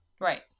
Right